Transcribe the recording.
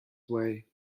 way